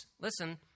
listen